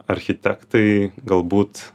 architektai galbūt